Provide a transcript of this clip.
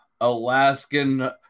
Alaskan